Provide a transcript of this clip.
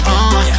on